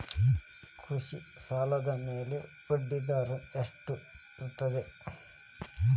ಕೃಷಿ ಸಾಲದ ಮ್ಯಾಲೆ ಬಡ್ಡಿದರಾ ಎಷ್ಟ ಇರ್ತದ?